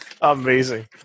Amazing